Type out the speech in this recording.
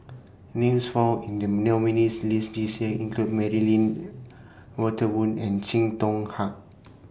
Names found in The nominees' list This Year include Mary Lim Walter Woon and Chee Hong Hat